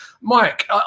Mike